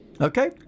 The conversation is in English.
Okay